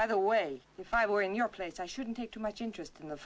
by the way if i were in your place i shouldn't take too much interest in the